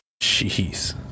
jeez